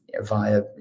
via